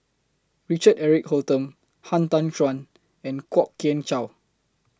Richard Eric Holttum Han Tan Juan and Kwok Kian Chow